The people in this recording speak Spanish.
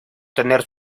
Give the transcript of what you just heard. tener